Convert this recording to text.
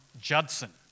Judson